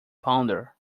pounder